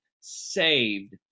saved